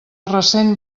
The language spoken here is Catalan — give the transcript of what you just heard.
recent